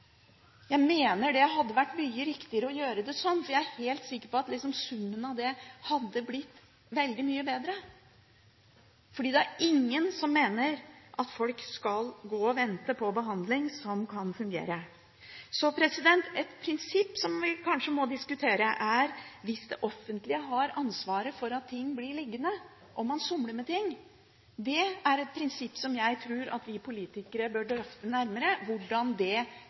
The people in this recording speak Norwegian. Jeg mener det hadde vært mye riktigere å gjøre det sånn, for jeg er helt sikker på at summen av det hadde blitt veldig mye bedre. Det er ingen som mener at folk skal gå og vente på en behandling som kan fungere. Et prinsipp vi kanskje må diskutere, er: Hvis det offentlige har ansvaret for at ting blir liggende, om man somler med ting, er det et prinsipp som jeg tror at vi politikere bør drøfte nærmere, hvordan forholdet mellom innbyggere og det